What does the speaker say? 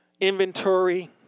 inventory